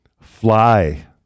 Fly